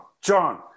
John